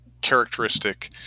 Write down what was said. characteristic